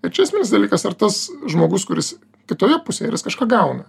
ir čia esminis dalykas ar tas žmogus kuris kitoje pusėje kažką gauna